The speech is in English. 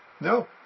No